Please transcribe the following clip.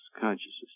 consciousness